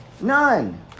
None